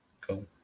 Cool